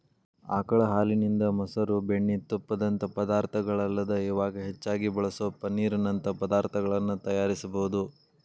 ಆಕಳ ಹಾಲಿನಿಂದ, ಮೊಸರು, ಬೆಣ್ಣಿ, ತುಪ್ಪದಂತ ಪದಾರ್ಥಗಳಲ್ಲದ ಇವಾಗ್ ಹೆಚ್ಚಾಗಿ ಬಳಸೋ ಪನ್ನೇರ್ ನಂತ ಪದಾರ್ತಗಳನ್ನ ತಯಾರಿಸಬೋದು